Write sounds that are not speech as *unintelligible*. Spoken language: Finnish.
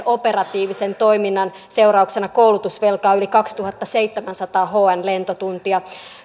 *unintelligible* operatiivisen toiminnan seurauksena koulutusvelkaa yli kaksituhattaseitsemänsataa hn lentotuntia